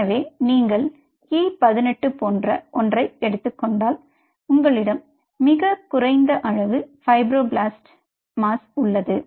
எனவே நீங்கள் E18 போன்ற ஒன்றை எடுத்துக்கொண்டால் உங்களிடம் மிகக் குறைந்த அளவு ஃபைப்ரோபிளாஸ்ட் மாசு உள்ளது